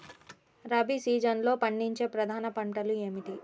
రబీ సీజన్లో పండించే ప్రధాన పంటలు ఏమిటీ?